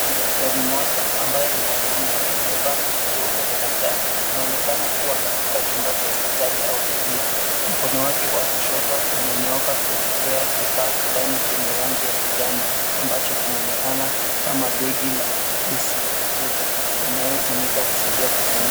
Ni daktari mmoja ambaye ni mwanaume amevaa koti jeupe la daktari, anaonekana kuwa katika chumba cha hospitali au kliniki, mkono wake wa kushoto umenyooka kuelekea kifaa fulani chenye rangi ya kijani ambacho kinaonekana kama begi la resuscitator inayotumika kusaidia kupumua.